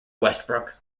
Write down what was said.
westbrook